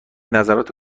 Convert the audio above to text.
نظرات